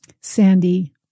Sandy